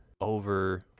over